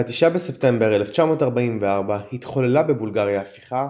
ב-9 בספטמבר 1944 התחוללה בבולגריה הפיכה,